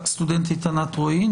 והסטודנטית ענת רואי.